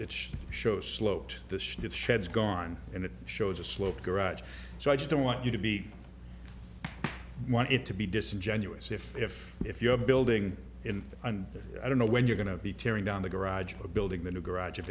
which shows sloped the shit sheds gone and it shows a slope garage so i just don't want you to be want it to be disingenuous if if if you're building in and i don't know when you're going to be tearing down the garage for building the new garage if